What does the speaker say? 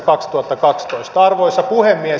arvoisa puhemies